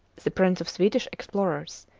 the prince of swedish explorers,